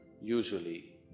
usually